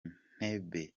ntebe